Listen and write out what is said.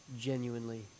genuinely